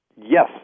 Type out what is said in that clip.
Yes